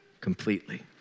completely